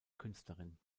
künstlerin